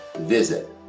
visit